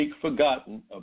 forgotten